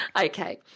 Okay